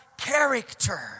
character